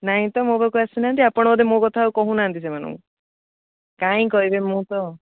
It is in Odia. ନାଇ ତ ମୋ ପାଖକୁ ଆସୁନାହାନ୍ତି ଆପଣ ବୋଧେ ମୋ କଥା ଆଉ କହୁନାହାନ୍ତି ସେମାନଙ୍କୁ କାଇଁ କହିବେ ମୁଁ ତ